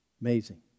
Amazing